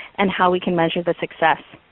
and how we can measure the success.